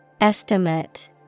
Estimate